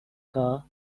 car